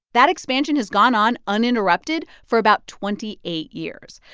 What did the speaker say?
that expansion has gone on uninterrupted for about twenty eight years.